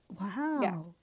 Wow